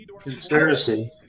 conspiracy